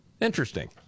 Interesting